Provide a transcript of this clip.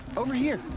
over here!